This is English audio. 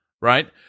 right